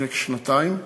לפני כשנתיים,